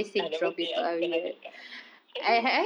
I never say ah bukan aku cakap eh